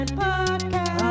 podcast